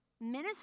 minister